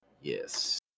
yes